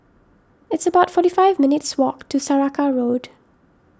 it's about forty five minutes walk to Saraca Road